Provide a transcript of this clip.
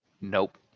Nope